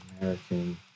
American